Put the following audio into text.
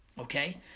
okay